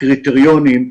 הקריטריונים,